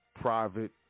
private